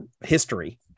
history